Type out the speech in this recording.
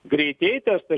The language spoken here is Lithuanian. greitieji testai